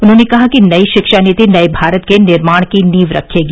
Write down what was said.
उन्होंने कहा कि नई शिक्षा नीति नये भारत के निर्माण की नींव रखेगी